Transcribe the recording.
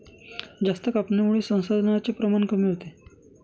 जास्त कापणीमुळे संसाधनांचे प्रमाण कमी होते